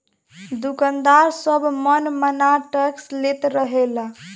दुकानदार सब मन माना टैक्स लेत रहले